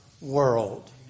world